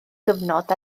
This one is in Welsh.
gyfnod